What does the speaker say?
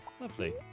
Lovely